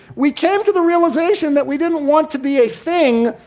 we came to the realization that we didn't want to be a thing,